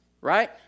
right